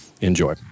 enjoy